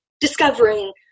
discovering